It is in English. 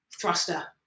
Thruster